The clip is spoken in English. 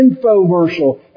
infomercial